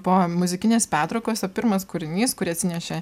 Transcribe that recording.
po muzikinės pertraukos o pirmas kūrinys kurį atsinešė